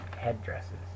headdresses